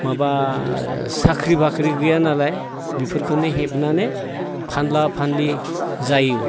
माबा ओ साख्रि बाख्रि गैयानालाय बेफोरखोनो हेबनानै फानला फानलि जायो